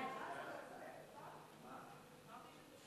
תחרות מצדו